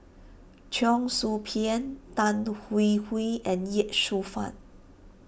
Cheong Soo Pieng Tan Hwee Hwee and Ye Shufang